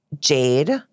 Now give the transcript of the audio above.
Jade